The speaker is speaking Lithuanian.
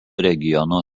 regiono